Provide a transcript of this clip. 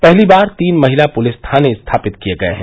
पहली बार तीन महिला पुलिस थाने स्थापित किए गए हैं